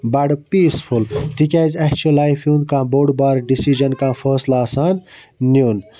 بَڑٕ پیٖس فُل تِکیازِ اَسہِ چھُ لایفہِ ہُنٛد کانٛہہ بوٚڈ بار ڈیٚسِجَن کانٛہہ فٲصلہِ آسان نِیُن